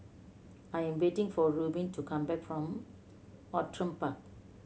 I am waiting for Rubin to come back from Outram Park